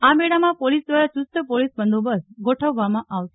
આ મેળામાં પોલીસ દ્વારા ચૂસ્ત પોલીસ બંદોબસ્ત ગોઠવવામાં આવશે